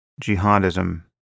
jihadism